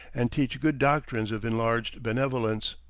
and teach good doctrines of enlarged benevolence.